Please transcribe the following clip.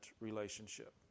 relationship